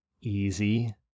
easy